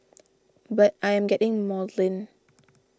but I am getting maudlin